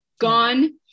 gone